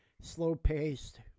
slow-paced